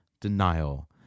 denial